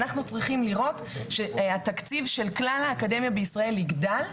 אנחנו צריכים לראות שהתקציב של כלל האקדמיה בישראל יגדל,